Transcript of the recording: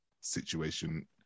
situation